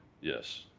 yes